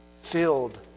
filled